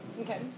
Okay